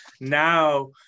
now